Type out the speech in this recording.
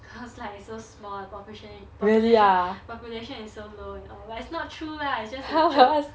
cause like so small population the population population is so low you know but it's not true lah it's just a joke